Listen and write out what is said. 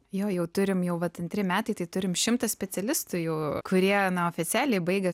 jo jau turim jau vat antri metai tai turim šimtą specialistų jau kurie na oficialiai baigia